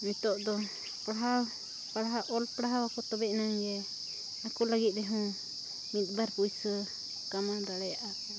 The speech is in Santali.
ᱱᱤᱛᱳᱜ ᱫᱚ ᱯᱟᱲᱦᱟᱣ ᱯᱟᱲᱦᱟᱣ ᱚᱞ ᱯᱟᱲᱦᱟᱣ ᱟᱠᱚ ᱛᱚᱵᱮᱭ ᱟᱱᱟᱝ ᱜᱮ ᱟᱠᱚ ᱞᱟᱹᱜᱤᱫ ᱨᱮᱦᱚᱸ ᱢᱤᱫ ᱵᱟᱨ ᱯᱩᱭᱥᱟᱹ ᱠᱟᱢᱟᱣ ᱫᱟᱲᱮᱭᱟᱜ ᱟᱠᱚ